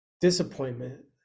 disappointment